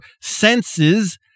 senses